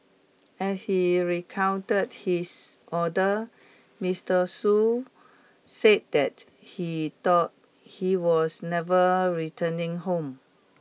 as he recounted his order Mister Shoo said that he thought he was never returning home